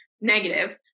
negative